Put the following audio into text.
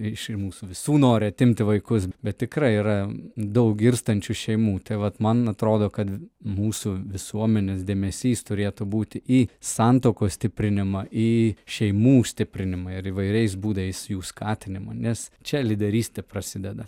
iš mūsų visų nori atimti vaikus bet tikrai yra daug irstančių šeimų tai vat man atrodo kad mūsų visuomenės dėmesys turėtų būti į santuokos stiprinimą į šeimų stiprinimą ir įvairiais būdais jų skatinimą nes čia lyderystė prasideda